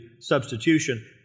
substitution